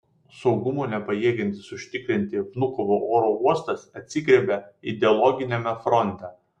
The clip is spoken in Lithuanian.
saugumo nepajėgiantis užtikrinti vnukovo oro uostas atsigriebia ideologiniame fronte